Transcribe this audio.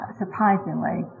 surprisingly